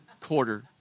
quarter